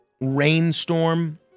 rainstorm